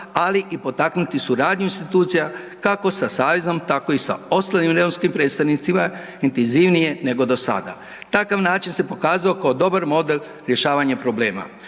ali i potaknuti suradnju institucija kako sa savezom, tako i sa ostalim romskim predstavnicima intenzivnije nego do sada. Takav način se pokazao kao dobar model rješavanja problema.